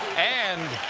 and